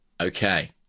Okay